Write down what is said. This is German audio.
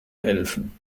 helfen